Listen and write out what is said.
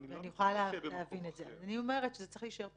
אני אומרת שזה צריך להישאר פתוח.